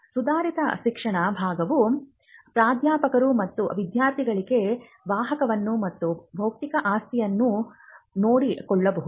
ಸುಧಾರಿತ ಶಿಕ್ಷಣ ಭಾಗವು ಪ್ರಾಧ್ಯಾಪಕರು ಮತ್ತು ವಿದ್ಯಾರ್ಥಿಗಳಿಗೆ ವಾಹಕಗಳು ಮತ್ತು ಬೌದ್ಧಿಕ ಆಸ್ತಿಯನ್ನು ನೋಡಿಕೊಳ್ಳಬಹುದು